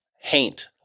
Haint